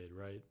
right